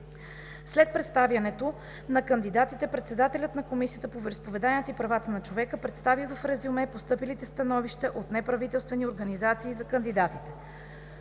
След представянето на кандидатите, председателят на Комисията по вероизповеданията и правата на човека, представи в резюме постъпилите становища от неправителствени организации за кандидатите.